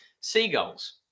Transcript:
Seagulls